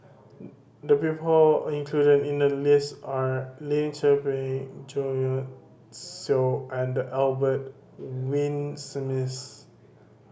the people included in the list are Lim Tze Peng Jo Seow and Albert Winsemius